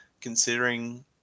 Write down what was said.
considering